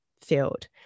field